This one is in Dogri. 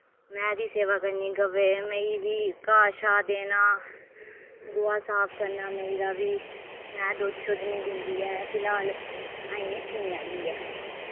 मैंह् दी सेवा करनी गवै मेही गी बी घा शा देना गोहा साफ करना मेही दा बी मैंह् दुध्द शुध्द निं दिन्दी ऐ फिलहाल अजें सूने आह्ली ऐ